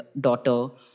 daughter